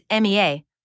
MEA